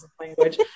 language